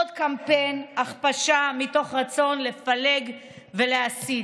עוד קמפיין הכפשה מתוך רצון לפלג ולהסית.